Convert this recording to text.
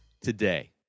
today